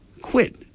quit